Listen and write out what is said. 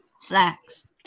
snacks